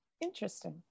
interesting